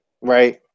right